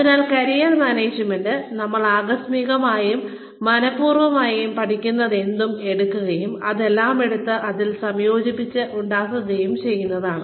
അതിനാൽ career management നമ്മൾ ആകസ്മികമായും മനഃപൂർവ്വമായും പഠിക്കുന്നതെന്തും എടുക്കുകയും അതെല്ലാം എടുത്ത് അതിൽ സംയോജിപ്പിച്ചു ഉണ്ടാക്കുകയും ചെയ്യുന്നതാണ്